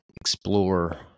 explore